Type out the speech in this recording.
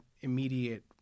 immediate